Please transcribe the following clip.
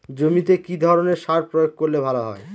জমিতে কি ধরনের সার প্রয়োগ করলে ভালো হয়?